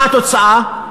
מה התוצאה?